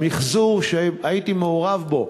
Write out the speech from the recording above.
במחזור שהייתי מעורב בו,